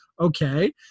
okay